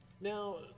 Now